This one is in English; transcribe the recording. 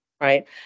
right